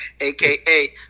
aka